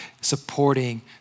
supporting